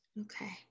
Okay